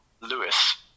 Lewis